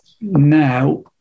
Now